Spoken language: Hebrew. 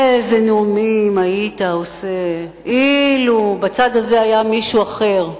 איזה נאומים היית עושה אילו בצד הזה היה מישהו אחר.